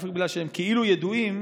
דווקא בגלל שהם כאילו ידועים,